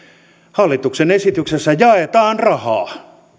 hallituksen esityksessä jaetaan rahaa